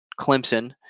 Clemson